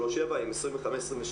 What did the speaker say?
3.7% עם 25 אלף,